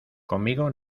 conmigo